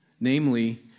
Namely